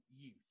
youth